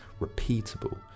repeatable